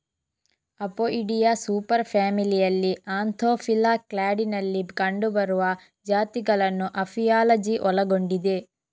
Apoidea super ಫ್ಯಾಮಿಲಿಯಲ್ಲಿ ಆಂಥೋಫಿಲಾ ಕ್ಲಾಡಿನಲ್ಲಿ ಕಂಡುಬರುವ ಜಾತಿಗಳನ್ನು ಅಪಿಯಾಲಜಿ ಒಳಗೊಂಡಿದೆ